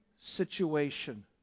situation